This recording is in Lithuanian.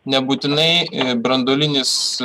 nebūtinai branduolinis